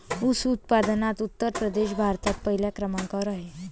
ऊस उत्पादनात उत्तर प्रदेश भारतात पहिल्या क्रमांकावर आहे